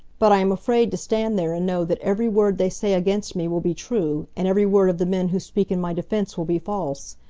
but i am afraid to stand there and know that every word they say against me will be true, and every word of the men who speak in my defence will be false.